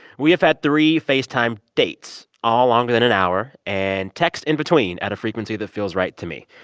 we have had three facetime dates all longer than an hour and text in between at a frequency that feels right to me.